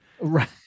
Right